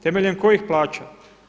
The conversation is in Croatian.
Temeljem kojih plaća?